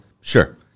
Sure